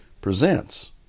presents